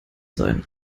sein